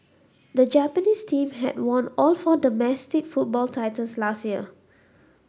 the Japanese team had won all four domestic football titles last year